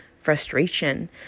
frustration